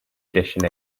edition